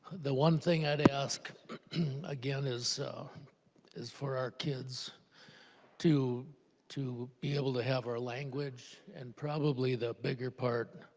the one thing i would ask again is so is for our kids to to be able to have our language and probably the bigger part